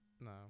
No